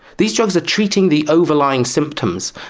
these drugs are treating the overlying symptoms.